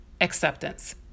acceptance